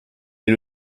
est